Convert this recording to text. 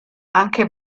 anche